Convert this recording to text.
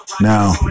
Now